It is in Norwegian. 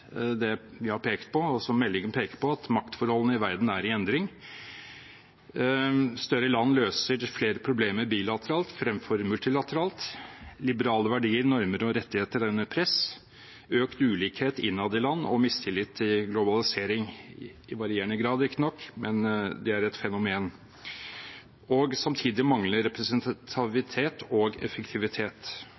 det vi har pekt på, og som meldingen peker på, at maktforholdene i verden er i endring. Større land løser flere problemer bilateralt fremfor multilateralt. Liberale verdier, normer og rettigheter er under press. Økt ulikhet innad i land og mistillit til globalisering – i varierende grad, riktignok – er et fenomen. Samtidig mangler representativitet og effektivitet.